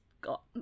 got